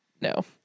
No